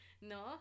¿No